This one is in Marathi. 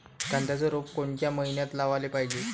कांद्याचं रोप कोनच्या मइन्यात लावाले पायजे?